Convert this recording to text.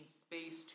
space